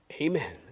Amen